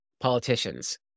politicians